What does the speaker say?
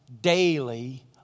daily